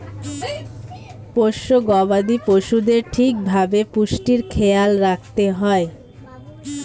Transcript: পোষ্য গবাদি পশুদের ঠিক ভাবে পুষ্টির খেয়াল রাখতে হয়